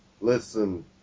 listen